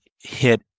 hit